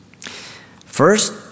First